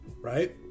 right